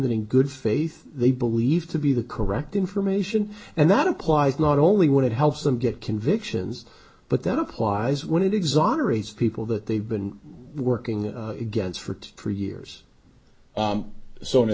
in good faith they believe to be the correct information and that applies not only when it helps them get convictions but that applies when it exonerates people that they've been working against for for years so in a